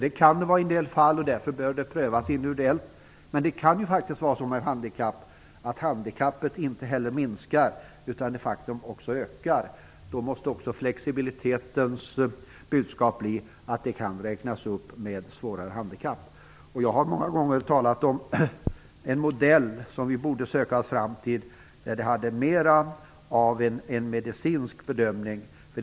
Det kan det vara i en del fall, och därför bör det prövas individuellt. Men det kan faktiskt vara så att handikappet inte minskar. När handikappet ökar måste flexibilitetens budskap bli att lönestödet kan räknas upp. Jag har många gånger talat om att vi borde söka oss fram till en modell som har mera av en medicinsk bedömning.